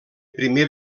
primer